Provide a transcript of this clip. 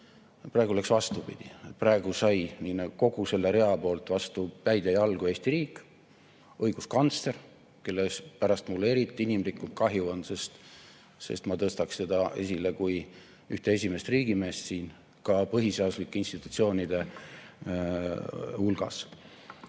Praegu läks vastupidi. Praegu sai kogu selle rea poolt vastu päid ja jalgu Eesti riik, ka õiguskantsler, kellest mul inimlikult eriti kahju on, sest ma tõstaksin teda esile kui ühte esimest riigimeest siin põhiseaduslike institutsioonide hulgas.